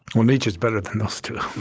well nietzsche is better than those two.